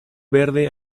verde